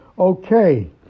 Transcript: Okay